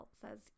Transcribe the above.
says